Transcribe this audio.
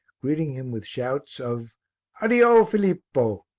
greeting him with shouts of addio, filippo!